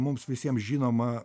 mums visiems žinomą